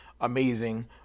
amazing